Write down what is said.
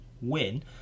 win